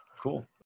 cool